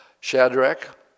Shadrach